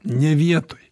ne vietoj